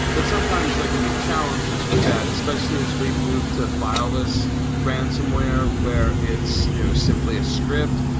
but sometimes there can be challenges with that, especially as we move to fileless ransomware where it's you know simply a script,